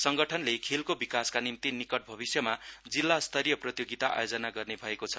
संगठनले खेलको विकासका निम्ति निकट भविष्यमा जिल्ला स्तरीय प्रतियोगिता आयोजन गर्ने भएको छ